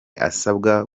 asabwa